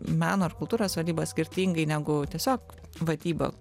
meno ir kultūros vadybos skirtingai negu tiesiog vadyba